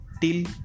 till